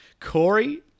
Corey